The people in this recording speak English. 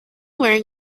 wearing